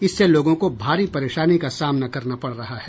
इससे लोगों को भारी परेशानी का सामना करना पड़ रहा है